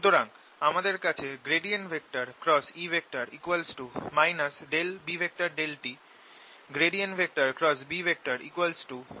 সুতরাং আমাদের কাছে E B∂t B µ00E∂t আছে